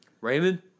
Raymond